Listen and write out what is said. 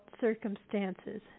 circumstances